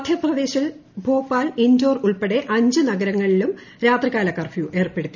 മധ്യപ്രിദേശിൽ ഭോപാൽ ഇൻഡോർ ഉൾപ്പടെ അഞ്ച് നഗരങ്ങളില്റും ര്യാത്രികാല കർഫ്യു ഏർപ്പെടുത്തി